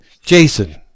Jason